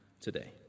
today